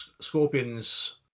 Scorpion's